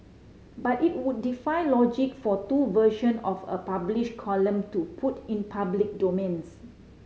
but it would defy logic for two version of a published column to put in public domains